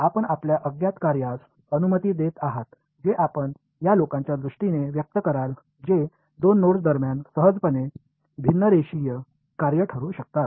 आपण आपल्या अज्ञात कार्यास अनुमती देत आहात जे आपण या लोकांच्या दृष्टीने व्यक्त कराल जे 2 नोड्स दरम्यान सहजतेने भिन्न रेषीय कार्य ठरू शकतात